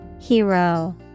Hero